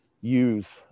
use